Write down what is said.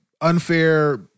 unfair